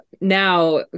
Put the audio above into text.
now